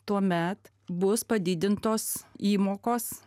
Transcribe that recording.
tuomet bus padidintos įmokos